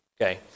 Okay